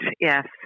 yes